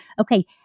okay